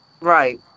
Right